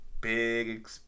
big